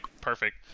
perfect